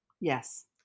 Yes